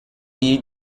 iyi